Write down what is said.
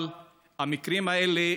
אבל המקרים האלה,